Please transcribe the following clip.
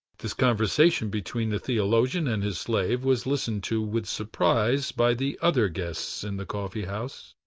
this conversation between the theologian and his slave was listened to with surprise by the other guests in the coffee-house.